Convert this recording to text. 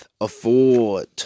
afford